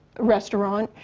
restaurant.